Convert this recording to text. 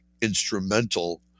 instrumental